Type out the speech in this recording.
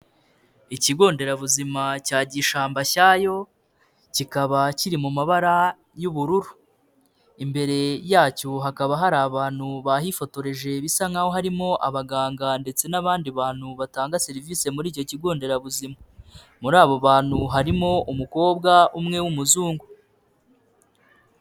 Ikigo nderabuzima cya Gishambashyayo kikaba kiri mu mabara y'ubururu, imbere yacyo hakaba hari abantu bahifotoreje bisa nkaho harimo abaganga ndetse n'abandi bantu batanga serivisi muri icyo kigo nderabuzima, muri abo bantu harimo umukobwa umwe w'umuzungu.